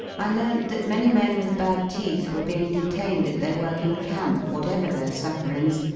i learnt that many men with bad teeth were being detained at their work in camp, whatever their sufferings,